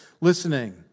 listening